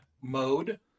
mode